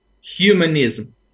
Humanism